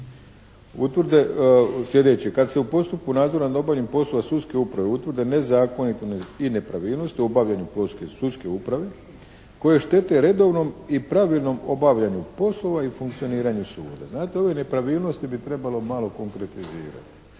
sljedeće. Kad se u postupku nadzora nad obavljanjem poslova sudske uprave utvrde nezakonito i nepravilnost u obavljanju … sudske uprave koje štete redovnom i pravilnom obavljanju poslova i funkcioniranju suda. Znate ove nepravilnosti bi trebalo malo konkretizirati.